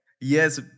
Yes